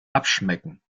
abschmecken